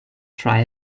try